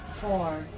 four